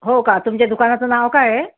हो का तुमच्या दुकानाचं नाव काय आहे